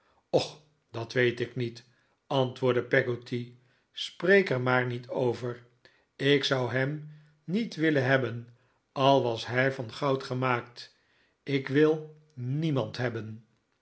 och dat weet ik niet antwoordde peggotty spreek er maar niet over ik zou hem niet willen hebben al was hij van goud gemaakt ik wil niemand hebben